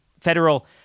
federal